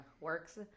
works